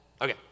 Okay